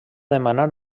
demanar